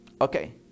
okay